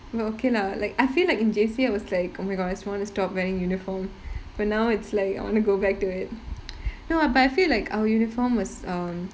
I mean okay lah like I feel like in J_C I was like oh my god I just want to stop wearing uniform but now it's leh I want to go back to it no but I feel like our uniform was um